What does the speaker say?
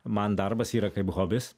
man darbas yra kaip hobis